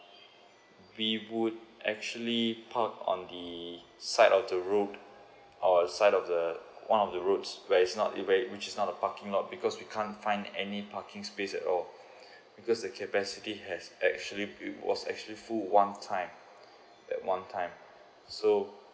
we would actually park on the side of the road or side of the one of the roads where it's not where which is not a parking lot because we can't find any parking space at all because the capacity has actually it was actually full one time at one time so